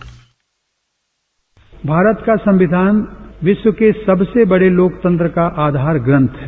bite Bharat का संविधान विश्व के सबसे बड़े लोकतंत्र का आधार ग्रंथ है